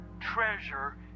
treasure